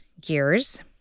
gears